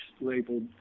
labeled